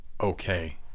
okay